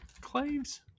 Claves